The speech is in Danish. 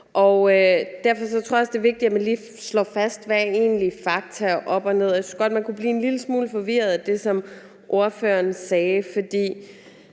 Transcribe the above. Derfor tror jeg også, det er vigtigt, at man lige slår fast, hvad der egentlig er fakta og op og ned i det her. Jeg synes godt, man kunne blive en lille smule forvirret af det, som ordføreren sagde, for